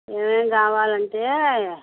ఏమేమి కావాలంటే